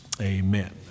Amen